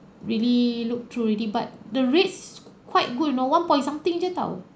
really look through already but the rates quite good you know one point something je tau